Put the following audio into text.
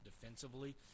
defensively